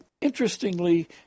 interestingly